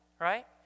right